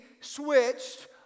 switched